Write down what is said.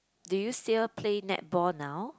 do you still play netball now